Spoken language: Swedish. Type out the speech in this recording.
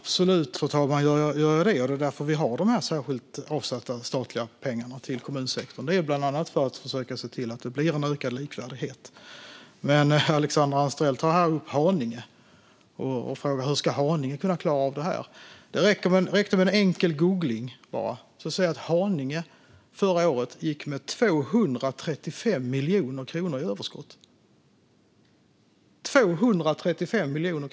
Fru talman! Det gör jag absolut. Det är därför vi har de särskilt avsatta statliga pengarna till kommunsektorn. Det är bland annat för att försöka se till att det blir en ökad likvärdighet. Men Alexandra Anstrell tar här upp Haninge och frågar: Hur ska Haninge kunna klara av detta? Det räckte med en enkel googling för att se att Haninge gick med 235 miljoner i överskott förra året - 235 miljoner.